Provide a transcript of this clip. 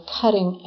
cutting